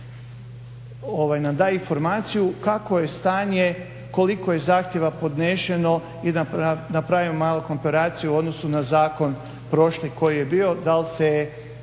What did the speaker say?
da informaciju kakvo je stanje, koliko je zahtjeva podneseni i napravimo malu komparaciju u odnosu na zakon prošli koji je bio, da li se